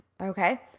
Okay